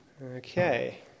Okay